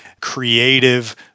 creative